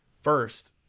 first